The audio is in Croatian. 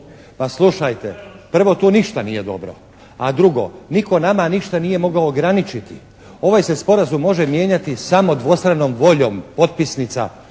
Ma slušajte, prvo tu ništa nije dobro. A drugo, nitko nama ništa nije mogao ograničiti. Ovaj se sporazum može mijenjati samo dvostranom voljom potpisnica